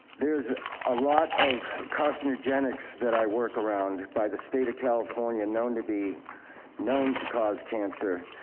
there's a lot of carcinogenics that i work around by the state of california known to be known to cause cancer.